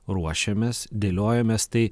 ruošiamės dėliojamės tai